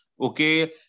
Okay